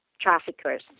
traffickers